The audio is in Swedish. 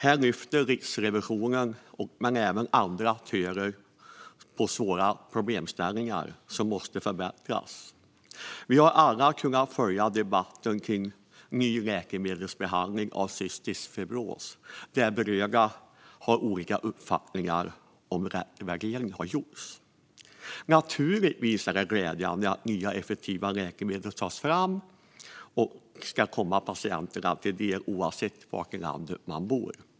Här lyfter Riksrevisionen, men även andra aktörer, fram svåra problemställningar som måste förbättras. Vi har alla kunnat följa debatten kring ny läkemedelsbehandling av cystisk fibros, där berörda har olika uppfattningar om rätt värdering har gjorts. Naturligtvis är det glädjande att nya och effektiva läkemedel tas fram och ska komma patienterna till del oavsett var i landet de bor.